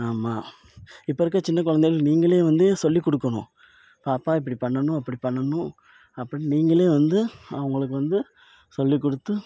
ஆமாம் இப்போ இருக்கிற சின்ன குழந்தைங்க நீங்களே வந்து சொல்லி கொடுக்கணும் பாப்பா இப்படி பண்ணணும் அப்படி பண்ணணும் அப்படின்னு நீங்களே வந்து அவங்களுக்கு வந்து சொல்லி கொடுத்து